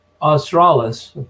Australis